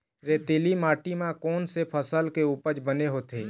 रेतीली माटी म कोन से फसल के उपज बने होथे?